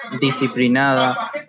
disciplinada